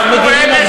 נגדכם.